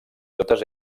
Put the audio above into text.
totes